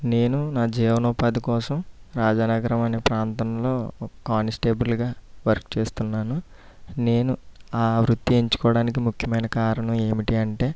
నేను నా జీవనోపాధి కోసం రాజానగరం అనే ప్రాంతంలో ఒక కానిస్టేబుల్గా వర్క్ చేస్తున్నాను నేను ఆ వృత్తి ఎంచుకోవడానికి ముఖ్యమైన కారణం ఏంటంటే